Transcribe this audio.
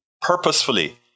Purposefully